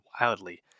wildly